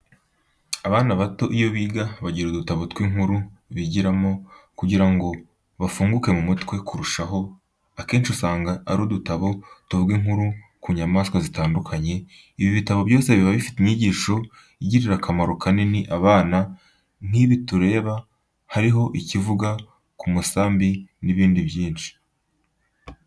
Abana bato iyo biga bagira udutabo tw'inkuru bigiramo kugira ngo bafunguke mu mutwe kurushaho, akenshi usanga ari udutabo tuvuga inkuru ku nyamaswa zitandukanye, ibi bitabo byose biba bifite inyigisho igirira akamaro kanini abana, nk'ibi tureba, harimo ikivuga k'umusambi n'ibindi byinshi.